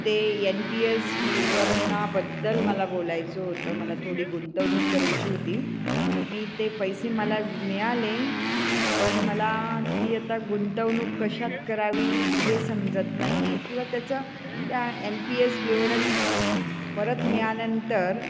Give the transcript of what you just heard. ते N P S विवरणाबद्दल मला बोलायचं होतं मला थोडी गुंतवणूक करायची होती मी ते पैसे मला मिळाले पण मला ती आता गुंतवणूक कशात करावी हे समजत नाही आहे किंवा त्याचं त्या एन पी एस विवरण परत मिळाल्यानंतर